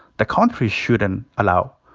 the country shouldn't allow.